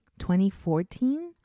2014